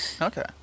Okay